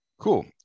Cool